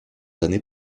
années